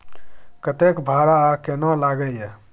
कतेक भाड़ा आ केना लागय ये?